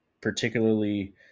Particularly